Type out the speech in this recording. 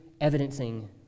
evidencing